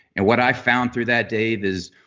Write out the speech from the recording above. and what i found through that dave is,